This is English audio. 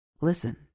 Listen